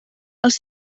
els